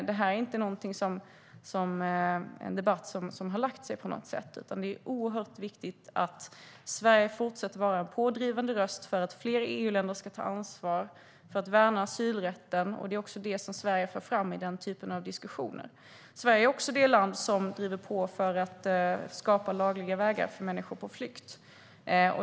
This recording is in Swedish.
Det här är inte en debatt som har lagt sig på något sätt, utan det är oerhört viktigt att Sverige fortsätter att vara en pådrivande röst för att fler EU-länder ska ta ansvar för att värna asylrätten. Det är också det som Sverige för fram i den typen av diskussioner. Sverige är också det land som driver på för att skapa lagliga vägar för människor på flykt.